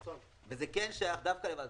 וזה כן שייך דווקא לוועדת